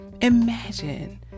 imagine